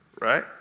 Right